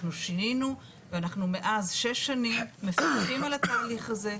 אנחנו שינינו ואנחנו מאז שש שנים מפקחים על התהליך הזה.